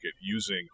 using